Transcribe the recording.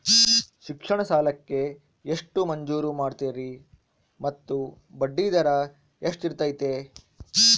ಶಿಕ್ಷಣ ಸಾಲಕ್ಕೆ ಎಷ್ಟು ಮಂಜೂರು ಮಾಡ್ತೇರಿ ಮತ್ತು ಬಡ್ಡಿದರ ಎಷ್ಟಿರ್ತೈತೆ?